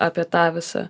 apie tą visą